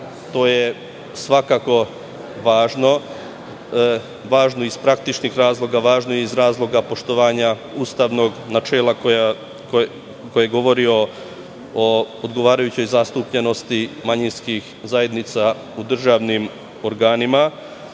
što je svakako važno, iz praktičnih razloga, iz razloga poštovanja ustavnog načela koje govori o odgovarajućoj zastupljenosti manjinskih zajednica u državnim organima,